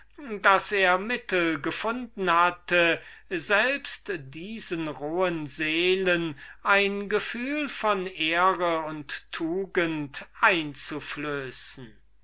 daß er mittel gefunden hatte selbst diesen rohen und mechanischen seelen ein gefühl von ehre und tugend einzuflößen